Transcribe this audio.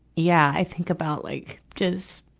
yeah, i think about like just,